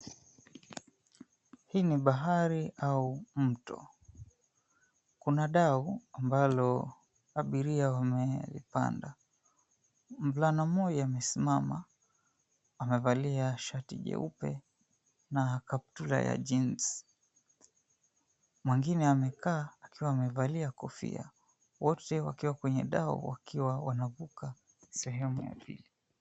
Hii ni bahari au mto, kuna dau ambalo abiria wamelipanda. Mvulana mmoja amesimama, amevalia shati jeupe na kaptura ya jeans . Mwingine amekaa akiwa amevalia kofia. Wote wakiwa kwenye dau, wakiwa wanavuka sehemu ya pili.